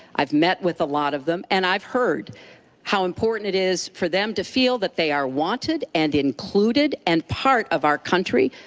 i've met with a lot of them and i've heard how important it is for them to feel that they are wanted and included and part of our country.